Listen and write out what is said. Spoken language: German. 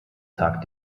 tag